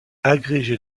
agrégé